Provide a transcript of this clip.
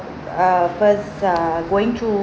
err first err going through